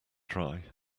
dry